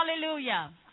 Hallelujah